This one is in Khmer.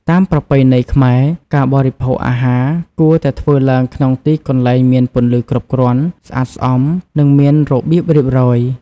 តាមប្រពៃណីខ្មែរ ការបរិភោគអាហារគួរតែធ្វើឡើងក្នុងទីកន្លែងមានពន្លឺគ្រប់គ្រាន់ ស្អាតស្អំ និងមានរបៀបរៀបរយ ។